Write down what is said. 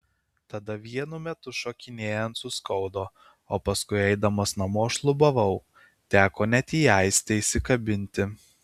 tada vienu metu šokinėjant suskaudo o paskui eidamas namo šlubavau teko net į aistę įsikabinti